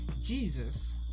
Jesus